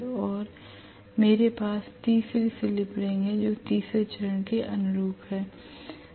और मेरे पास तीसरी स्लिप रिंग है जो तीसरे चरण के अनुरूप है